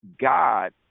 God